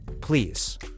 Please